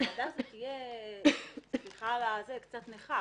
הוועדה הזאת תהיה קצת נכה.